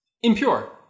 impure